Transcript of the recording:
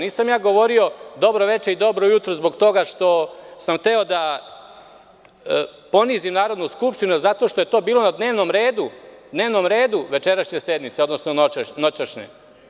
Nisam govorio dobro veče i dobro jutro zbog toga što sam hteo da ponizim Narodnu skupštinu, već zato što je to bilo na dnevnom redu večerašnje sednice, odnosno noćašnje.